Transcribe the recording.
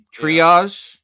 Triage